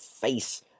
face